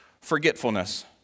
forgetfulness